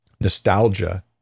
nostalgia